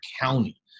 county